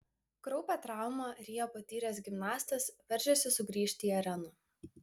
kraupią traumą rio patyręs gimnastas veržiasi sugrįžti į areną